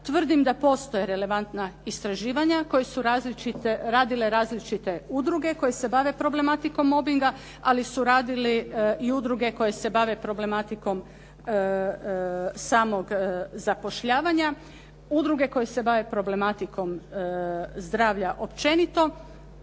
tvrdim da postoje relevantna istraživanja koje su radile različite udruge koje se bave problematikom mobinga ali su radile i udruge koje se bave problematikom samog zapošljavanja, udruge koje se bave problematikom zdravlja općenito